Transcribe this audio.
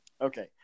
Okay